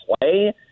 play